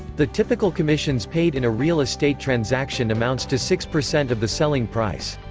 the typical commissions paid in a real estate transaction amounts to six percent of the selling price.